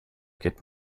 geht